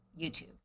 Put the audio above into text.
YouTube